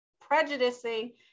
prejudicing